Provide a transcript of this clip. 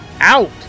out